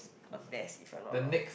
got test if I'm not wrong